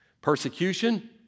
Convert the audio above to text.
Persecution